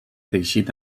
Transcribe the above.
teixit